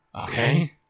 Okay